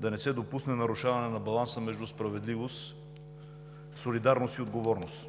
да не се допусне нарушаване на баланса между справедливост, солидарност и отговорност.